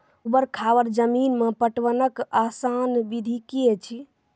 ऊवर खाबड़ जमीन मे पटवनक आसान विधि की ऐछि?